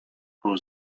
pół